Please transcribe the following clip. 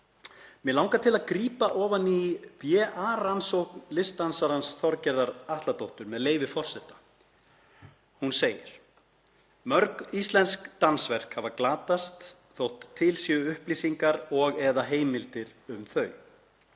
Mig langar til að grípa niður í BA-rannsókn listdansarans Þorgerðar Atladóttur, með leyfi forseta. Hún segir: „ …mörg íslensk dansverk hafa glatast þótt til séu upplýsingar og/eða heimildir um þau.